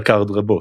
על קארד רבות.